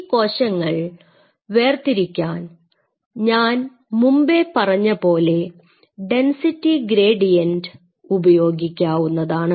ഈ കോശങ്ങൾ വേർതിരിക്കാൻ ഞാൻ മുൻപേ പറഞ്ഞ പോലെ ഡെൻസിറ്റി ഗ്രേഡിയന്റ് ഉപയോഗിക്കാവുന്നതാണ്